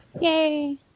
Yay